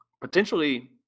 potentially